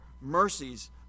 mercies